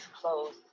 closed